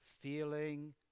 feeling